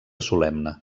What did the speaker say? solemne